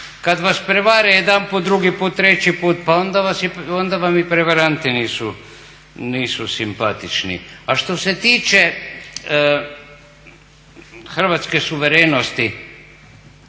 Kada vas prevare jedanput, drugi puta, treći put pa onda vam i prevaranti nisu simpatični. A što se tiče Hrvatske suverenosti